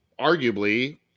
arguably